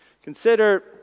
Consider